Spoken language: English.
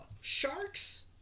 sharks